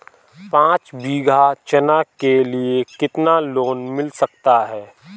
पाँच बीघा चना के लिए कितना लोन मिल सकता है?